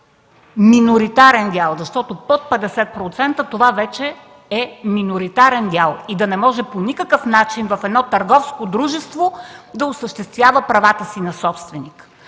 миноритарен дял. Защото под 50% това вече е миноритарен дял и той не може по никакъв начин в едно търговско дружество да упражнява правата си на собственик.